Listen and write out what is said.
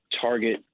target